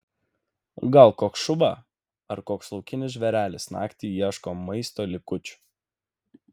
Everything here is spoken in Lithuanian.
gal koks šuva ar koks laukinis žvėrelis naktį ieško maisto likučių